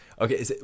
okay